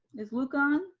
is luke on?